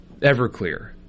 Everclear